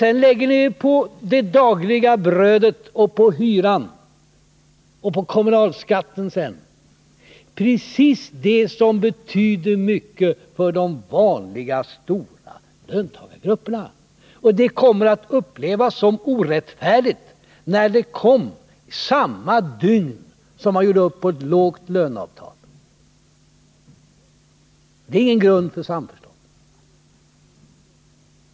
Era åtgärder drabbar också det dagliga brödet, hyran och kommunalskatten, dvs. just sådant som har stor betydelse för de breda, vanliga löntagargrupperna. Dessa pålagor kommer att upplevas som orättfärdiga eftersom de kommit samma dygn som man gjort upp om ett lågt löneavtal. Dessa åtgärder är ingen grund för samarbete.